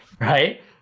right